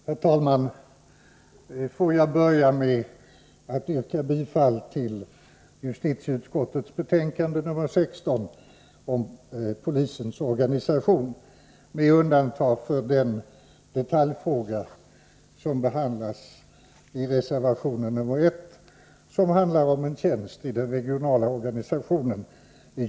nja 0v T9vÖ qqag Herr talfmån Får polisens organisation med. undantag fördön) detaljfråga Som behatdlag'preservätiomntt] sonvhandlaronitnitjänstiden: regionala örganisätionen i!